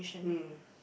mm